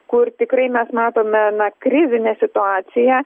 kur tikrai mes matome na krizinę situaciją